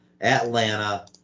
Atlanta